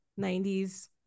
90s